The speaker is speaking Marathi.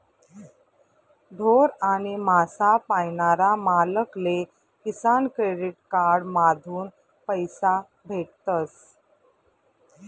ढोर आणि मासा पायनारा मालक ले किसान क्रेडिट कार्ड माधून पैसा भेटतस